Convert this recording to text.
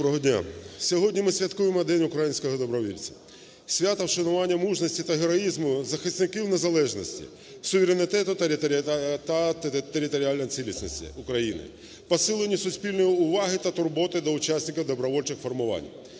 Доброго дня! Сьогодні ми святкуємо День українського добровольця – свято вшанування мужності та героїзму захисників незалежності, суверенітету та територіальної цілісності України, посилення суспільної уваги та турботи до учасників добровольчих формувань.